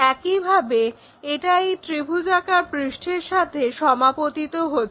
একই ভাবে এটা এই ত্রিভুজাকার পৃষ্ঠের সাথে সমাপতিত হচ্ছে